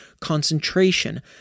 concentration